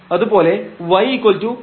അത് പോലെ y±√2